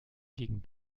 gegen